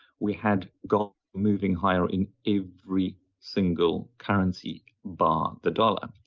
we had gold moving higher in every single currency bar, the dollar.